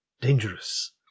dangerous